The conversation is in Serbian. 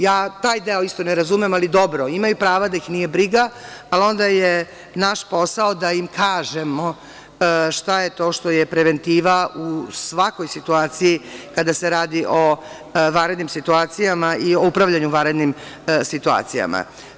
Ja taj deo isto ne razumem, ali dobro imaju prava da ih nije briga, ali onda je naš posao da im kažemo šta je to što je preventiva u svakoj situaciji kada se radi o vanrednim situacijama i o upravljanju vanrednim situacijama.